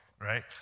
Right